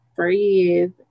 breathe